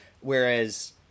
whereas